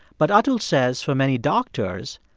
but atul says for many doctors,